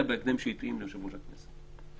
היה בהקדם שהתאים ליושב-ראש הכנסת.